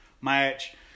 match